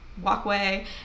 walkway